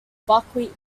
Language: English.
buckwheat